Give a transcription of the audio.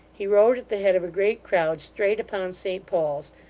he rode at the head of a great crowd straight upon saint paul's,